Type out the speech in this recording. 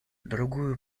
другую